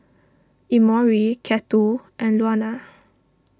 Emory Cato and Luana